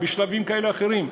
בשלבים כאלה ואחרים.